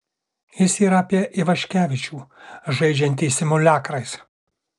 jis yra apie ivaškevičių žaidžiantį simuliakrais